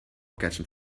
catching